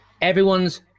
everyone's